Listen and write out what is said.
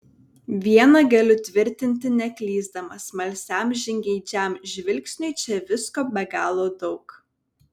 viena galiu tvirtinti neklysdamas smalsiam žingeidžiam žvilgsniui čia visko be galo daug